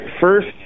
First